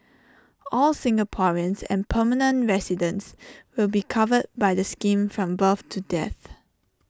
all Singaporeans and permanent residents will be covered by the scheme from birth to death